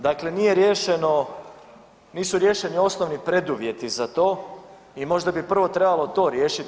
Dakle, nije riješeno, nisu riješeni osnovni preduvjeti za to i možda bi prvo trebalo to riješiti.